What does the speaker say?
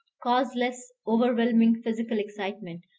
causeless, overwhelming physical excitement,